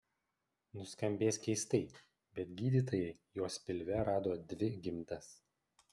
nuskambės keistai bet gydytojai jos pilve rado dvi gimdas